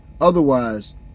Otherwise